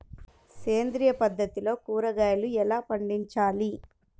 సేంద్రియ పద్ధతిలో కూరగాయలు ఎలా పండించాలి?